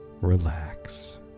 relax